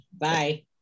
Bye